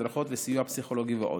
הדרכות וסיוע פסיכולוגי ועוד.